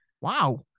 Wow